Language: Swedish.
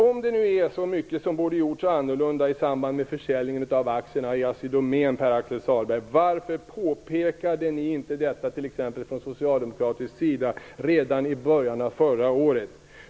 Om det nu är så mycket som borde ha gjorts annorlunda i samband med försäljningen av aktierna i Assi Domän, Pär-Axel Sahlberg, varför påpekade ni då inte detta från socialdemokratisk sida redan i början av förra året?